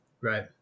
Right